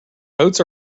oats